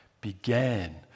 began